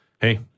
hey